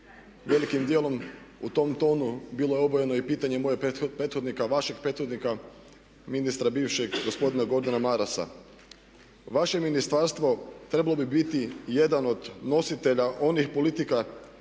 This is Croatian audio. velikim dijelom u tom tonu bilo je obojeno i pitanje mojeg prethodnika, vašeg prethodnika ministra bivšeg gospodina Gordana Marasa. Vaše ministarstvo trebalo bi biti jedan od nositelja od onih politika